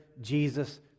Jesus